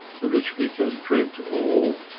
so literally can print all.